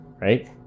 Right